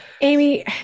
Amy